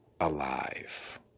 alive